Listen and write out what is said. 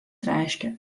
reiškia